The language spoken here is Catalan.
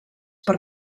per